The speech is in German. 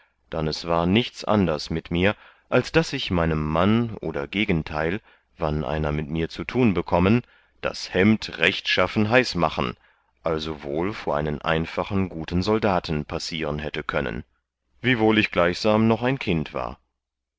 es war nichts anders mit mir als daß ich meinem mann oder gegenteil wann einer mit mir zu tun bekommen das hemd rechtschaffen heiß machen also wohl vor einen einfachen guten soldaten passieren hätte können wiewohl ich gleichsam noch ein kind war